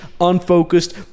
unfocused